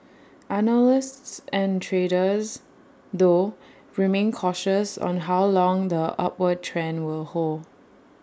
analysts and traders though remain cautious on how long the upward trend will hold